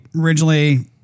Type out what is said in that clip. originally